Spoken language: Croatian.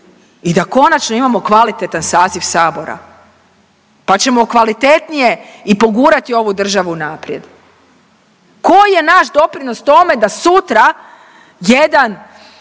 i da konačno imamo kvalitetan saziv sabora, pa ćemo kvalitetnije i pogurati ovu državu naprijed. Koji je naš doprinos tome da sutra jedan